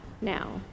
now